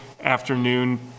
afternoon